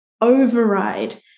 override